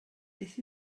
beth